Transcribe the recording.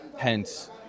hence